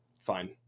Fine